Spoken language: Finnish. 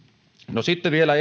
no sitten vielä